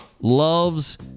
loves